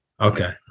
Okay